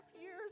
years